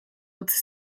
utzi